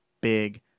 Big